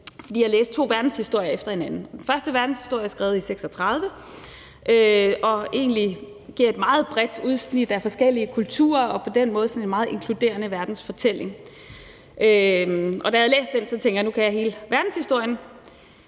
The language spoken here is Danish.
fordi jeg læste to verdenshistorier efter hinanden. Den første verdenshistorie er skrevet i 1936 og giver egentlig et meget bredt udsnit af forskellige kulturer og er på den måde en sådan meget inkluderende verdensfortælling. Da jeg læste den, tænkte jeg, at nu kan jeg hele verdenshistorien.